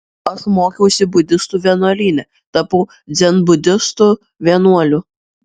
aš mokiausi budistų vienuolyne tapau dzenbudistų vienuoliu